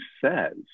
says